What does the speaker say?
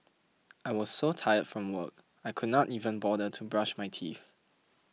I was so tired from work I could not even bother to brush my teeth